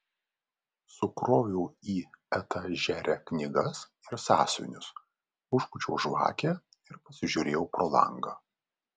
sukroviau į etažerę knygas ir sąsiuvinius užpūčiau žvakę ir pasižiūrėjau pro langą